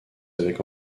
avec